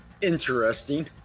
interesting